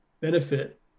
benefit